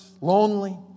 lonely